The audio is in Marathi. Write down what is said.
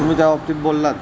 तुम्ही त्या बाबतीत बोललात